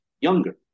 younger